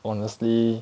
honestly